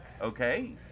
okay